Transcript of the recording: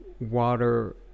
water